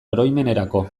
oroimenerako